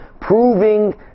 proving